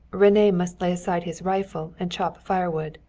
rene must lay aside his rifle and chop firewood.